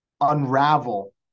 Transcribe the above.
unravel